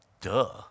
Duh